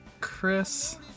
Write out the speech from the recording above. Chris